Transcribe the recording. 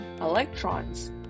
electrons